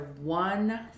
one